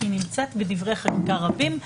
כי היא נמצאת בדברי חקיקה רבים,